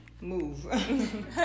Move